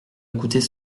écoutait